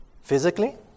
Physically